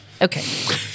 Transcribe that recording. Okay